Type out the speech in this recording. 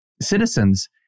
citizens